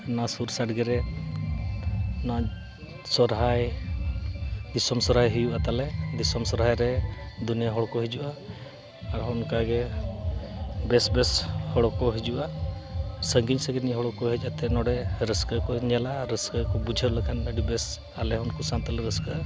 ᱱᱚᱣᱟ ᱥᱩᱨ ᱥᱟᱰ ᱜᱮ ᱨᱮ ᱱᱚᱣᱟ ᱥᱚᱨᱦᱟᱭ ᱫᱤᱥᱚᱢ ᱥᱚᱨᱦᱟᱭ ᱦᱩᱭᱩᱜᱼᱟ ᱛᱟᱞᱮ ᱫᱤᱥᱚᱢ ᱥᱚᱨᱦᱟᱭ ᱨᱮ ᱫᱩᱱᱤᱭᱟᱹ ᱦᱚᱲ ᱠᱚ ᱦᱤᱡᱩᱜᱼᱟ ᱟᱨ ᱦᱚᱸ ᱚᱱᱠᱟᱜᱮ ᱵᱮᱹᱥ ᱵᱮᱹᱥ ᱦᱚᱲ ᱠᱚ ᱦᱤᱡᱩᱜᱼᱟ ᱥᱟᱺᱜᱤᱧ ᱥᱟᱺᱜᱤᱧ ᱨᱮᱱ ᱦᱚᱲ ᱠᱚ ᱦᱮᱡ ᱟᱛᱮᱫ ᱱᱚᱰᱮ ᱨᱟᱹᱥᱠᱟᱹ ᱠᱚ ᱧᱮᱞᱟ ᱟᱨ ᱨᱟᱹᱥᱠᱟᱹ ᱠᱚ ᱵᱩᱡᱷᱟᱹᱣ ᱞᱮᱠᱷᱟᱱ ᱟᱹᱰᱤ ᱵᱮᱥ ᱟᱞᱮ ᱦᱚᱸ ᱩᱱᱠᱩ ᱥᱟᱶ ᱛᱮᱞᱮ ᱨᱟᱹᱥᱠᱟᱹᱜᱼᱟ